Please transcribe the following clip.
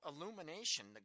illumination